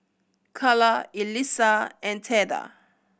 Calla Elissa and Theda